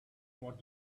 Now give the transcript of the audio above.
what